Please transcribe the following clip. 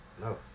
No